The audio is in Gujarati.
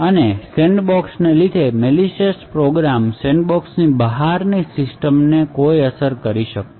અને સેન્ડબોક્સ ને લીધે મેલીશીયસ પ્રોગ્રામ સેન્ડબોક્સની બહારની સિસ્ટમને કોઈ અસર ન કરે